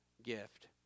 gift